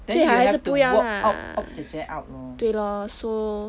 最好还是不要对 lor so